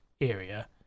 area